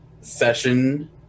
session